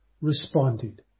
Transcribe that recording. responded